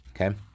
okay